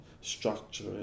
structure